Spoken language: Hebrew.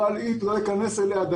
אבל לא אכנס אליה.